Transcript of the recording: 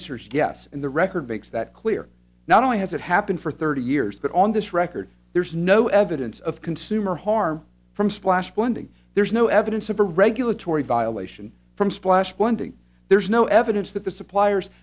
answer's yes in the record makes that clear not only has it happened for thirty years but on this record there's no evidence of consumer harm from splash funding there's no evidence of a regulatory violation from splash one doing there's no evidence that the suppliers